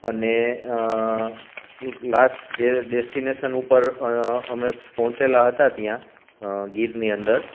અને લાસ્ટ જે ડેસ્ટિનેશન ઉપર અમે પહોંચેલા હતા ત્યાં ગીરની અંદર